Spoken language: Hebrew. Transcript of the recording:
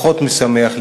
פחות משמח,